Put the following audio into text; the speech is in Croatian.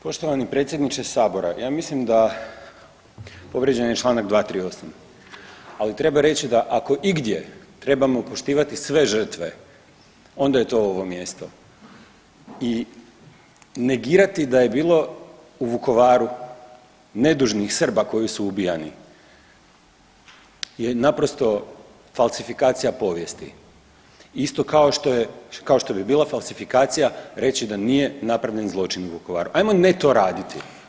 Poštovani predsjedniče sabora, ja mislim da povrijeđen je čl. 238., ali treba reći da ako igdje trebamo poštivati sve žrtve onda je to ovo mjesto i negirati da je bilo u Vukovaru nedužnih Srba koji su ubijani je naprosto falsifikacija povijesti, isto kao što je, kao što bi bila falsifikacija reći da nije napravljen zločin u Vukovaru, ajmo ne to raditi.